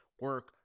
Work